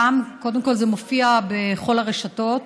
קודם כול זה מופיע בכל הרשתות,